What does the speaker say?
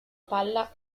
palla